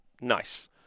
Nice